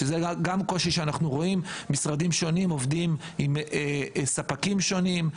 שזה גם קושי שאנחנו רואים: משרדים שונים עובדים עם ספקים שונים,